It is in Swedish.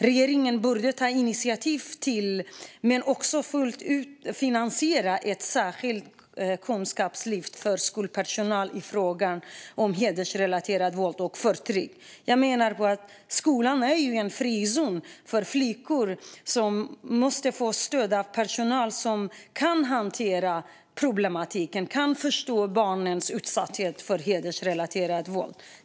Regeringen borde ta initiativ till, men också fullt ut finansiera, ett särskilt kunskapslyft för skolpersonal i frågor om hedersrelaterat våld och förtryck. Jag menar att skolan är en frizon för flickor som måste få stöd av personal som kan hantera problematiken och som kan förstå att barnen är utsatta för hedersrelaterat våld.